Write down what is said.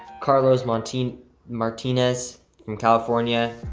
carlas martinez martinez from california.